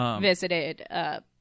visited